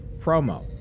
promo